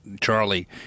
Charlie